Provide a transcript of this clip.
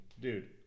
Dude